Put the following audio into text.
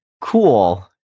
Cool